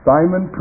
Simon